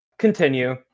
continue